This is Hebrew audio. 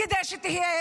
כדי שתהיה